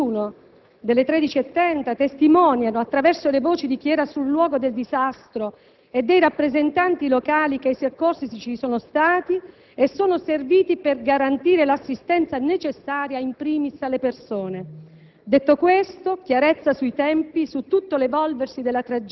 Le cronache anche questa mattina (bastino per tutti i servizi del TG1 delle ore 13,30) testimoniano, attraverso le voci di chi era sul luogo del disastro e dei rappresentanti locali, che i soccorsi ci sono stati e sono serviti per garantire l'assistenza necessaria *in primis* alle persone.